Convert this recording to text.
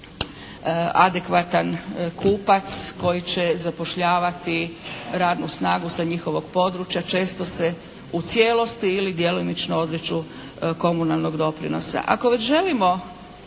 adekvatan kupac koji će zapošljavati radnu snagu sa njihovog područja. Često se u cijelosti ili djelomično odriču komunalnog doprinosa.